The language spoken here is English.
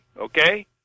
Okay